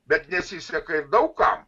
bet nesiseka ir daug kam